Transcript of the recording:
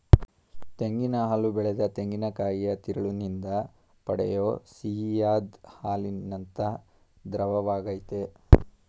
ತೆಂಗಿನ ಹಾಲು ಬೆಳೆದ ತೆಂಗಿನಕಾಯಿಯ ತಿರುಳಿನಿಂದ ಪಡೆಯೋ ಸಿಹಿಯಾದ್ ಹಾಲಿನಂಥ ದ್ರವವಾಗಯ್ತೆ